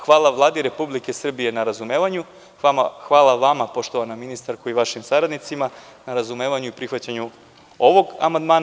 Hvala Vladi Republike Srbije na razumevanju, hvala vama poštovana ministarko i vašim saradnicima na razumevanju i prihvatanju ovog amandmana.